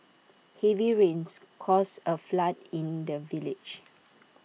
heavy rains caused A flood in the village